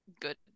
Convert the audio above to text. good